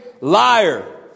liar